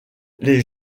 les